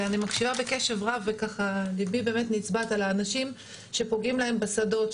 ואני מקשיבה בקשב רב ולבי באמת נצבט על האנשים שפוגעים להם בשדות,